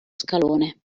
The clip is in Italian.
scalone